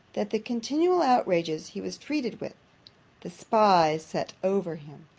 that the continual outrages he was treated with the spies set over him,